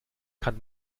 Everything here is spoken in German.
kann